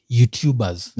YouTubers